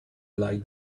like